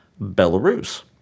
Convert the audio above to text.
Belarus